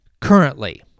currently